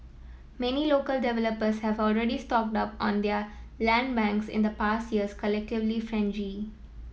many local developers have already stocked up on their land banks in the past year's collective frenzy